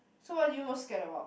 so what do you most scared about